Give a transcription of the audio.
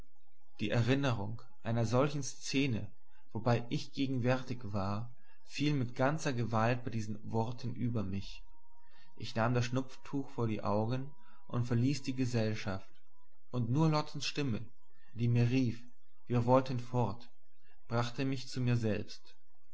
die erinnerung einer solchen szene wobei ich gegenwärtig war fiel mit ganzer gewalt bei diesen worten über mich ich nahm das schnupftuch vor die augen und verließ die gesellschaft und nur lottens stimme die mir rief wir wollten fort brachte mich zu mir selbst